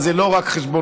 אבל זה לא רק חשבונות,